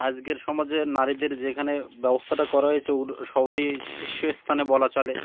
আজকের সমাজে নারীদের যেখানে ব্যবস্থাটা করা হয়েছে উ সবারই শীর্ষ স্থানে বলা চলে